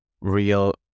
real